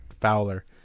Fowler